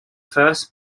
first